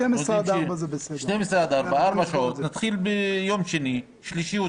כך יהיה ביום שני וביום שלישי.